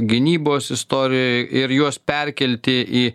gynybos istorijoj ir juos perkelti į